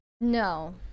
No